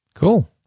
Cool